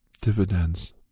dividends